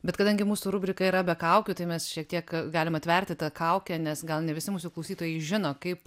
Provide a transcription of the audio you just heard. bet kadangi mūsų rubrika yra be kaukių tai mes šiek tiek galim atverti tą kaukę nes gal ne visi mūsų klausytojai žino kaip